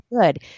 good